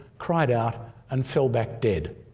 cried out and fell back dead.